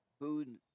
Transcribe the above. food